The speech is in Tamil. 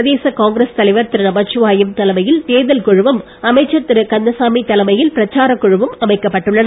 பிரதேச காங்கிரஸ் தலைவர் திரு நமச்சிவாயம் தலைமையில் தேர்தல் குழுவும் அமைச்சர் திரு கந்தசாமி தலைமையில் பிரச்சாரக் குழுவும் அமைக்கப்பட்டுள்ளன